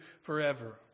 forever